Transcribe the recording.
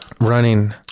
running